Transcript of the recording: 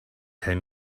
tell